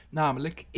namelijk